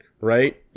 right